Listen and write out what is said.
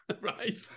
right